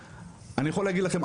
אני יכול להגיד לכם,